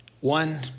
One